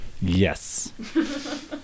yes